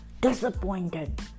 disappointed